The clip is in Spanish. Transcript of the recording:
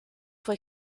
fue